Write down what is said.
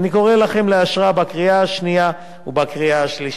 ואני קורא לכם לאשרה בקריאה השנייה ובקריאה השלישית.